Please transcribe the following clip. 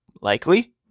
likely